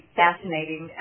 fascinating